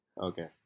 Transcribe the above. Okay